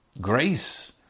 Grace